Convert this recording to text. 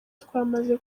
twamaze